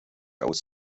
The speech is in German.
aus